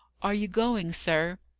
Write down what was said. are you going, sir?